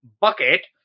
bucket